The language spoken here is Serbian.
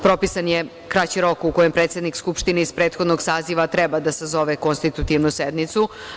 Propisan je kraći rok u kojem predsednik skupštine iz prethodnog saziva treba da se sazove konstitutivnu sednicu.